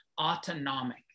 autonomic